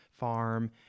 farm